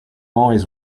always